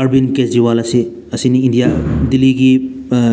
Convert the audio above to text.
ꯑꯥꯔꯕꯤꯟ ꯀ꯭ꯔꯦꯖꯤꯋꯥꯜ ꯑꯁꯤ ꯑꯁꯤꯅꯤ ꯏꯟꯗꯤꯌꯥꯒꯤ ꯗꯤꯜꯂꯤꯒꯤ